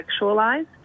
sexualized